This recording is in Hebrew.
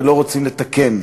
ולא רוצים לתקן,